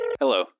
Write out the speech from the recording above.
Hello